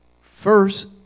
First